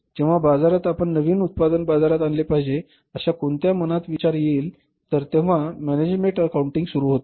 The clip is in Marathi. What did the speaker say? जेव्हा बाजारात आपण नवीन उत्पादन बाजारात आणले पाहिजे अशा कोणाच्या मनात विचार येईल तेव्हा तिथे मॅनेजमेंट अकाउंटिंग सुरू होते